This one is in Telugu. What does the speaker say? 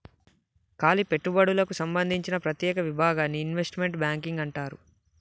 కాలి పెట్టుబడులకు సంబందించిన ప్రత్యేక విభాగాన్ని ఇన్వెస్ట్మెంట్ బ్యాంకింగ్ అంటారు